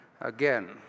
again